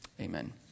amen